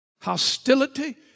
hostility